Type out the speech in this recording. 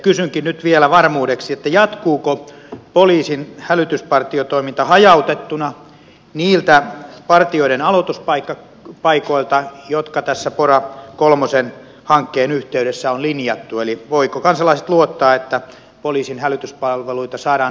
kysynkin nyt vielä varmuudeksi jatkuuko poliisin hälytyspartiotoiminta hajautettuna niiltä partioiden aloituspaikoilta jotka tässä pora kolmosen hankkeen yhteydessä on linjattu eli voivatko kansalaiset luottaa että poliisin hälytyspalveluita saadaan nopeasti läheltä